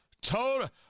total